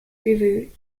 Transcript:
river